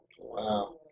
Wow